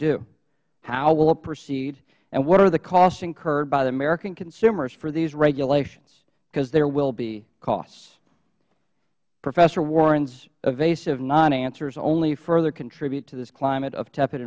do how will it proceed and what are the costs incurred by the american consumers through these regulations because there will be costs professor warren's evasive nonanswers only further contribute to this climate of tepid